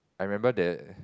I remember the